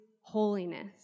holiness